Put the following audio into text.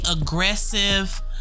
aggressive